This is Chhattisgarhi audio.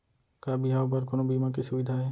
का बिहाव बर कोनो बीमा के सुविधा हे?